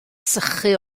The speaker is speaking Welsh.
sychu